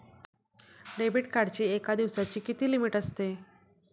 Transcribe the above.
Debit कार्डची एका दिवसाची किती लिमिट असते?